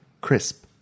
crisp